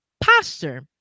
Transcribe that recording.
posture